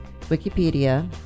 Wikipedia